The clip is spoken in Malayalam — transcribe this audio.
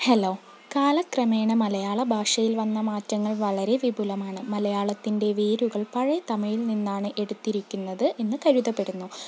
ഹലോ കാലക്രമേണ മലയാള ഭാഷയിൽ വന്ന മാറ്റങ്ങൾ വളരെ വിപുലമാണ് മലയാളത്തിൻ്റെ വേരുകൾ പഴയ തമിഴിൽ നിന്നാണ് എടുത്തിരിക്കുന്നത് എന്ന് കരുതപ്പെടുന്നു